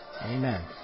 Amen